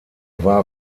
war